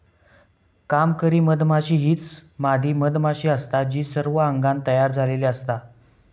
कामकरी मधमाशी हीच मादी मधमाशी असता जी सर्व अंगान तयार झालेली असता